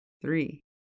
Three